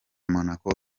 monaco